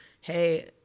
Hey